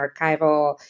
archival